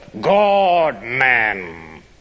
God-man